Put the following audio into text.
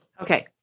Okay